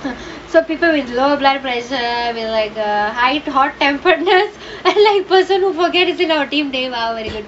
so people with lower blood pressure will like uh high hot temperness எல்லா இப்ப சொன்ன:ellaa ippa sonna forget இதுனா:ithunaa team deva very good